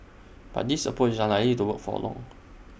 but this approach is unlikely to work for long